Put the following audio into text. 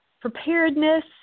preparedness